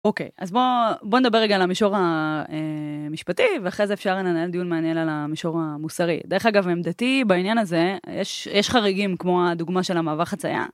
אוקיי, אז בואו נדבר רגע על המישור המשפטי ואחרי זה אפשר לנהל דיון מעניין על המישור המוסרי. דרך אגב, עמדתי בעניין הזה, יש חריגים כמו הדוגמה של המעבר חצייה.